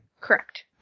Correct